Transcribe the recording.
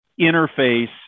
interface